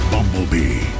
Bumblebee